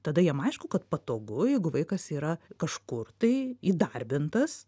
tada jiem aišku kad patogu jeigu vaikas yra kažkur tai įdarbintas